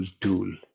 tool